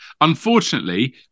unfortunately